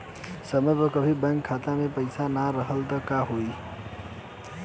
समय पर कभी बैंक खाता मे पईसा ना रहल त का होई?